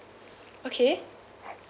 okay